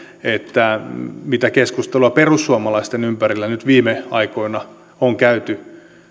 mitä keskustelua perussuomalaisten ympärillä nyt viime aikoina on käyty